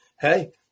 hey